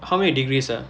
how many degrees ah